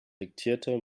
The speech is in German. diktierte